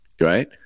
right